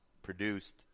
Produced